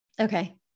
Okay